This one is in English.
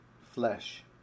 flesh